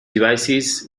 devices